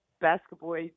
basketball